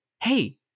hey